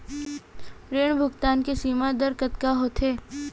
ऋण भुगतान के सीमा दर कतका होथे?